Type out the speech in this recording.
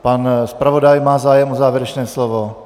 Pan zpravodaj má zájem o závěrečné slovo?